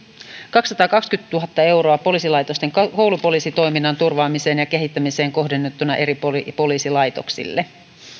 kaksisataakaksikymmentätuhatta euroa poliisilaitosten koulupoliisitoiminnan turvaamiseen ja kehittämiseen kohdennettuna eri poliisilaitoksille